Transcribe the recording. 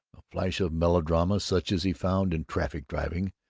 a flash of melodrama such as he found in traffic-driving,